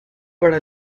para